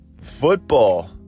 Football